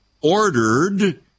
ordered